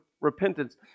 repentance